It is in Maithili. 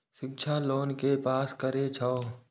शिक्षा लोन के पास करें छै?